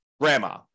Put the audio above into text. grandma